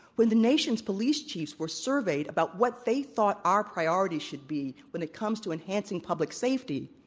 when the nation's police chiefs were surveyed about what they thought our priorities should be when it comes to enhancing public safety,